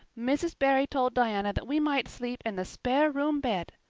mrs. barry told diana that we might sleep in the spare-room bed.